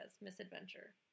Misadventure